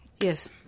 Yes